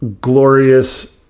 glorious